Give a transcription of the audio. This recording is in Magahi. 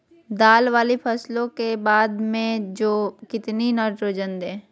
दाल वाली फसलों के बाद में जौ में कितनी नाइट्रोजन दें?